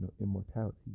immortality